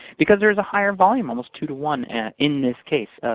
because there is a higher volume almost two two one in this case.